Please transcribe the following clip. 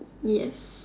yes